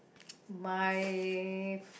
my